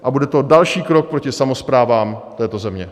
A bude to další krok proti samosprávám této země.